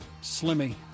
Slimmy